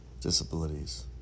disabilities